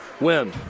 Win